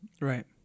Right